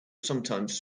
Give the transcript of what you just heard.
sometimes